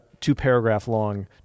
two-paragraph-long